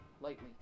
lightly